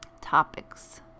topics